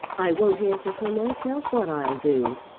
i won't answer for myself what i'll do.